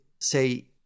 say